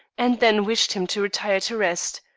and then wished him to retire to rest,